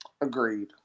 Agreed